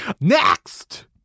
Next